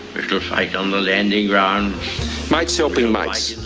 we shall fight on the landing ground mates helping mates.